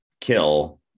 kill